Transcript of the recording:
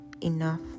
Enough